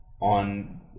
on